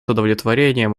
удовлетворением